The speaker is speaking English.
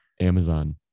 Amazon